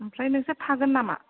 ओमफ्राय नोंसोर थागोन नामा